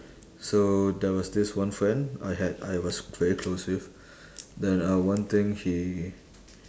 so there was this one friend I had I was very close with that uh one thing he